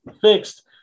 fixed